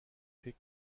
pig